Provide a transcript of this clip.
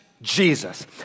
Jesus